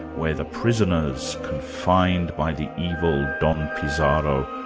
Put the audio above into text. where the prisoners confined by the evil don pizarro,